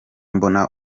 mbona